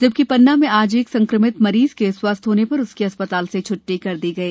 जबकि पन्ना में आज एक संक्रमित मरीज के स्वस्थ होने पर उसकी अस्पताल से छुट्टी कर दी गई